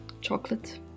Chocolate